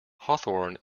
hawthorn